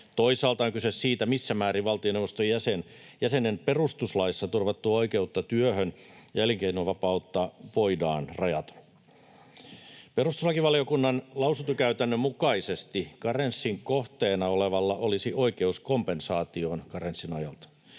Toisaalta on kyse siitä, missä määrin valtioneuvoston jäsenen perustuslaissa turvattua oikeutta työhön ja elinkeinonvapautta voidaan rajata. Perustuslakivaliokunnan lausuntokäytännön mukaisesti karenssin kohteena olevalla olisi oikeus kompensaatioon karenssin ajalta.